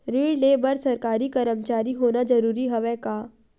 ऋण ले बर सरकारी कर्मचारी होना जरूरी हवय का?